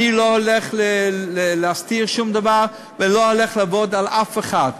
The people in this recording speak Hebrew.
אני לא הולך להסתיר שום דבר ולא הולך לעבוד על אף אחד.